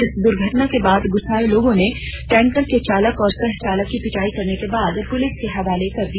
इस दुर्घटना के बाद गुस्साए लोगों ने टैंकर के चालक और सह चालक की पिटाई करने के बाद पुलिस के हवाले कर दिया